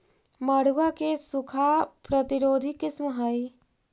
मड़ुआ के सूखा प्रतिरोधी किस्म हई?